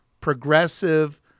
progressive